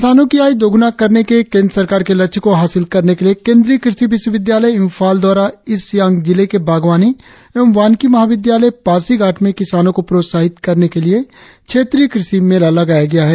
किसानों की आय दोगुना करने के केंद्र सरकार के लक्ष्य को हासिल करने के लिए केंद्रीय कृषि विश्वविद्यालय इंफाल द्वारा ईस्ट सियांग जिले के बागवानी एवं वानिकी महा विद्यालय पासीघाट में किसानों को प्रोत्साहित करने के लिए क्षेत्रीय कृषि मेला लगाया गया है